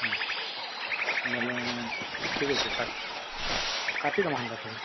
ହୁଁ ନ ହେଲେ ଠିକ୍ ଅଛି କାଟୁଛି କାଟି ଦବା ଥିଲା